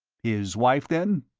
his wife, then?